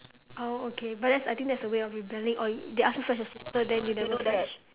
oh okay but that's I think that's a way of rebelling or they ask you fetch your sister then you never fetch